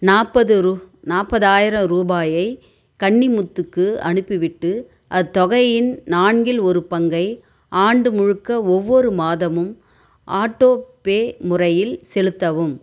நாற்பது ரூ நாற்பது ஆயிரம் ரூபாயை கன்னிமுத்துக்கு அனுப்பிவிட்டு அத்தொகையின் நான்கில் ஒரு பங்கை ஆண்டு முழுக்க ஒவ்வொரு மாதமும் ஆட்டோபே முறையில் செலுத்தவும்